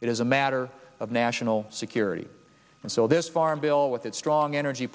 it is a matter of national security and so this farm bill with its strong energy